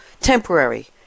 temporary